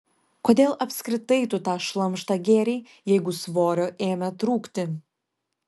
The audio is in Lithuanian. kodėl apskritai tu tą šlamštą gėrei jeigu svorio ėmė trūkti